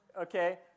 Okay